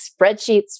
spreadsheets